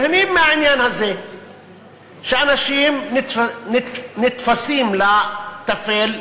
נהנים מהעניין הזה שאנשים נתפסים לטפל,